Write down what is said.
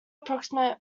approximate